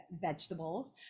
vegetables